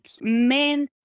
men